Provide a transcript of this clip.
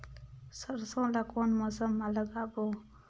सरसो ला कोन मौसम मा लागबो?